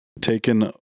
taken